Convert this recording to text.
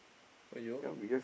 oh you